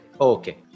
Okay